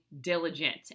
diligent